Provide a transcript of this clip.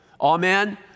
Amen